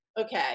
okay